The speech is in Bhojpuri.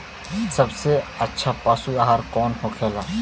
सबसे अच्छा पशु आहार कौन होखेला?